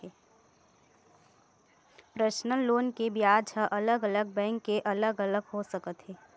personal loan के बियाज ह अलग अलग बैंक के अलग अलग हो सकत हे